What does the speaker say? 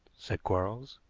said quarles.